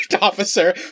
officer